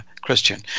Christian